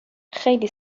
خیلی